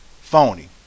phony